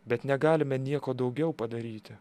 bet negalime nieko daugiau padaryti